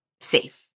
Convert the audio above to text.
safe